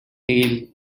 tale